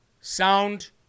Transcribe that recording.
Sound